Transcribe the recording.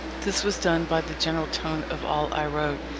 this was done by the general tone of all i wrote,